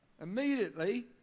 Immediately